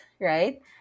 right